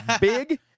big